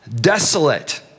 desolate